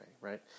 right